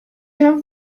have